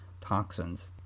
toxins